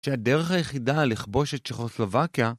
שהדרך היחידה לכבוש את צ'כוסלובקיה